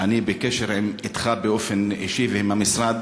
אני בקשר אתך באופן אישי ועם המשרד,